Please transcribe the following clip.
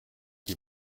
wie